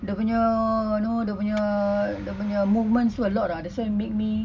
dia punya know dia punya movements a lot ah that's why make me